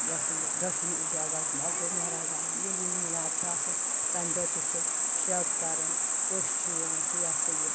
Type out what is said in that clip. یہِ ہَسا یہِ دۄشوٕنی گوٚو مہراج عالم ییٚلہِ عیٖدِ مِلاد چھُ آسان تَمہِ دۄہ تہِ چھِ شَب کَران پٔژھۍ چھِ یِوان چھِ یہِ ہَسا یہِ